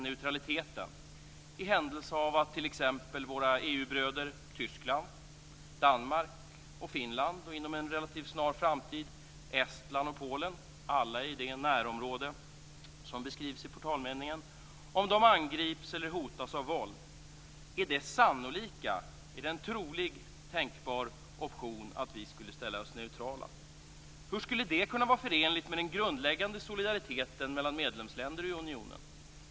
EU-bröder Tyskland, Danmark, Finland och inom en relativt snar framtid Estland och Polen, alla i det närområde som beskrivs i portalmeningen, angrips eller hotas av våld - då en trolig och tänkbar option, att vi skulle ställa oss neutrala? Hur skulle det kunna vara förenligt med den grundläggande solidariteten mellan medlemsländer i unionen?